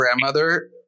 grandmother